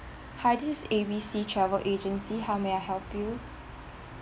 hi this is A B C travel agency how may I help you